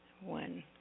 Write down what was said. one